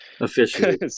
officially